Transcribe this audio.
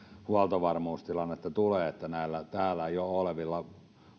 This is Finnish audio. huoltovarmuustilannetta tule että täällä jo olevilla